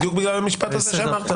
בדיוק בגלל המשפט הזה שאמרת.